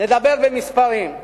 נדבר במספרים: